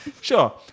Sure